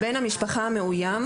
בן המשפחה המאוים,